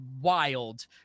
wild